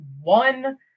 one